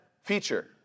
feature